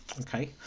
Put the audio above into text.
Okay